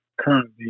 currently